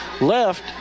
left